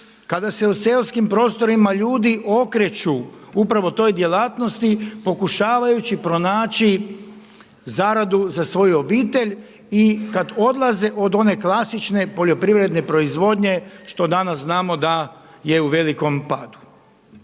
kada se u seoskim prostorima ljudi okreću upravo toj djelatnosti, pokušavajući pronaći zaradu za svoju obitelj i kada odlaze od one klasične poljoprivredne proizvodnje, što danas znamo da je u velikom padu.